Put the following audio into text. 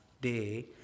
day